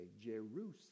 Jerusalem